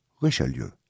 Richelieu